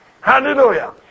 Hallelujah